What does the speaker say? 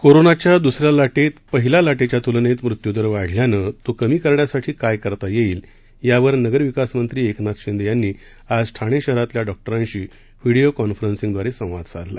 कोरोनाच्या दुसऱ्या लाटेत पहिल्या लाटेच्या तुलनेत मृत्युदर वाढल्याने तो कमी करण्यासाठी काय करता येईल यावर नगरविकासमंत्री एकनाथ शिंदे यांनी आज ठाणे शहरातल्या डॉक्टरांशी व्हिडीओ कॉन्फरन्सिंगद्वारे संवाद साधला